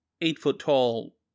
eight-foot-tall